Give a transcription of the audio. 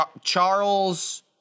Charles